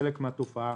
חלק מהתופעה